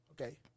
Okay